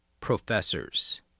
professors